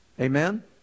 Amen